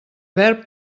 verb